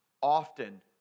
often